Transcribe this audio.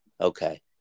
Okay